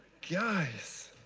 guys.